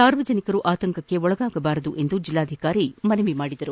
ಸಾರ್ವಜನಿಕರು ಆತಂಕಕ್ಕೆ ಒಳಗಾಗಬಾರದು ಎಂದು ಜಿಲ್ಲಾಧಿಕಾರಿ ಮನವಿ ಮಾಡಿದರು